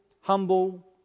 humble